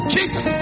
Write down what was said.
Jesus